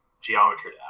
Geometry